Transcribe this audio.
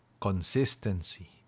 consistency